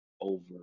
over